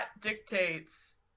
dictates